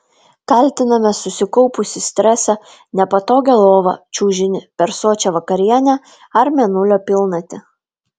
kaltiname susikaupusį stresą nepatogią lovą čiužinį per sočią vakarienę ar mėnulio pilnatį